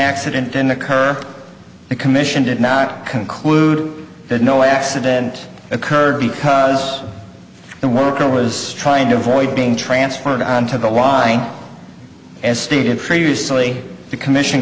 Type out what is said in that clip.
accident then occur the commission did not conclude that no accident occurred because the worker was trying to avoid being transferred onto the line as stated previously the commission